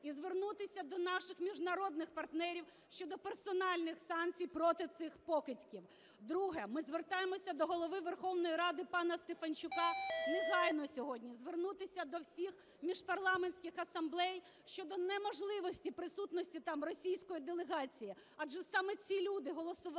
і звернутися до наших міжнародних партнерів щодо персональних санкцій проти цих покидьків. Друге. Ми звертаємося до Голови Верховної Ради пана Стефанчука негайно сьогодні звернутися до всіх міжпарламентських асамблей щодо неможливості присутності там російської делегації, адже саме ці люди голосували